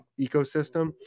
ecosystem